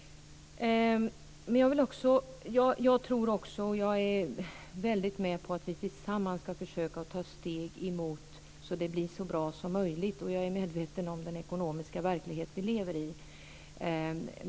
Jag är med på att vi tillsammans ska försöka ta steg så att det blir så bra som möjligt. Jag är medveten om den ekonomiska verklighet vi lever i.